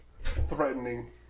threatening